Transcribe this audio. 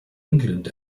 england